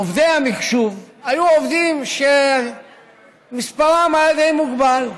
עובדי המחשוב היו עובדים שמספרם היה די מוגבל,